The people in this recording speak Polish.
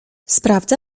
sprawdza